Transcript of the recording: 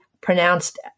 pronounced